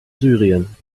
syrien